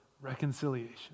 reconciliation